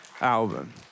album